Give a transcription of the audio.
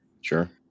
Sure